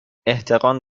احتقان